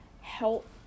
Help